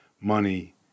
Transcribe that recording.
money